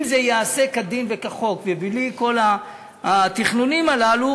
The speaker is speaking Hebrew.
אם זה ייעשה כדין וכחוק ובלי כל התכנונים הללו,